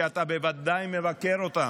שאתה בוודאי מבקר בהם,